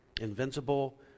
invincible